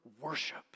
worship